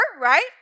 right